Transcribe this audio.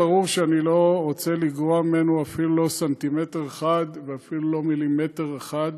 ברור שאני לא רוצה לגרוע ממנה אפילו סנטימטר אחד ואפילו מילימטר אחד.